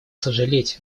сожалеть